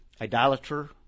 idolater